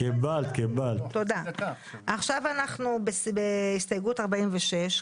כמה שאתה יותר קיצוני אתה יותר